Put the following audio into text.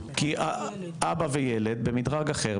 כי אבא וילד במדרג אחר,